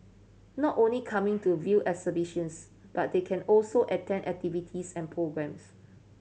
not only coming to view exhibitions but they can also attend activities and programmes